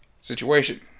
Situation